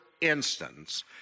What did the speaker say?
instance